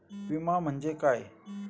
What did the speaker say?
विमा म्हणजे काय?